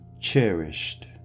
cherished